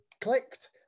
clicked